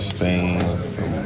Spain